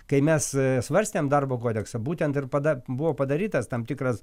kai mes svarstėm darbo kodeksą būtent ir pada buvo padarytas tam tikras